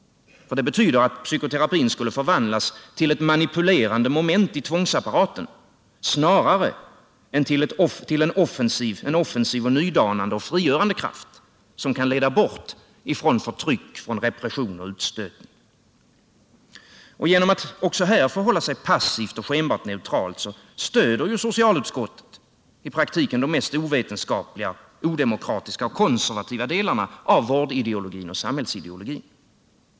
Det betyder att psykoterapin skulle förvandlas till ett manipulerande moment i tvångsapparaten snarare än till en offensiv, nydanande och frigörande kraft, som kan leda bort från förtryck, repression och utstötning. Genom att också här förhålla sig passivt och skenbart neutralt stöder socialutskottet i praktiken de mest ovetenskapliga, mest odemokratiska och konservativa delarna av vårdideologin och samhällsideologin.